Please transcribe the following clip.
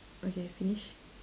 okay finish